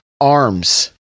ARMS